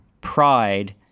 pride